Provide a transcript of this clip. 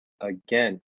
again